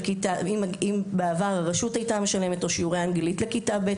אם בעבר הרשות הייתה משלמת או שיעורי אנגלית לכיתה ב'